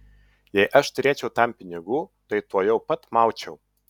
jei aš turėčiau tam pinigų tai tuojau pat maučiau